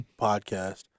podcast